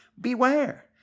Beware